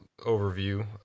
overview